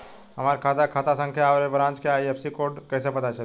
हमार खाता के खाता संख्या आउर ए ब्रांच के आई.एफ.एस.सी कोड कैसे पता चली?